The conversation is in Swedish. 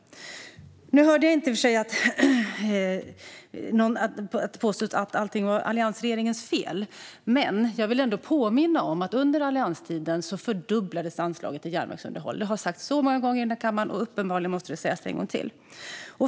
Jag hörde i och för sig inte något påstående om att allt är alliansregeringens fel, men jag vill ändå påminna om att anslaget till järnvägsunderhåll fördubblades under allianstiden. Detta har sagts så många gånger i denna kammare, och uppenbarligen måste det sägas en gång till.